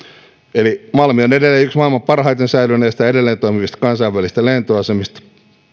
eli malmi on edelleen yksi maailman parhaiten säilyneistä edelleen toimivista kansainvälisistä lentoasemista